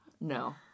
No